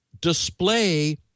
display